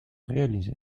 réaliser